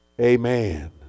Amen